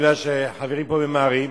מכיוון שהחברים פה ממהרים,